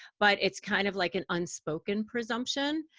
but it's kind of like an unspoken presumption.